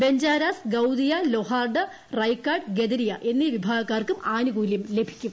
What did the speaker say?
ബഞ്ചാരാസ് ഗാദിയ ലൊഹാർഡ് റൈക്കാസ് ഗദരിയ എന്നീ വിഭാഗക്കാർക്കും ആനുകൂല്യം ലഭിക്കും